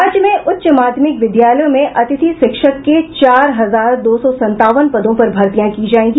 राज्य में उच्च माध्यमिक विद्यालयों में अतिथि शिक्षक के चार हजार दो सौ संतावन पदों पर भर्तियां की जायेगी